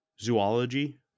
zoology